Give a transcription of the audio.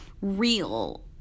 real